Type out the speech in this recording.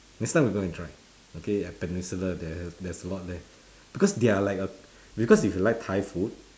next time we go and try okay at peninsula there there's a lot there because they are like a because if you like Thai food